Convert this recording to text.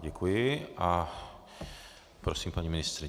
Děkuji a prosím paní ministryni.